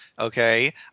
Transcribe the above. okay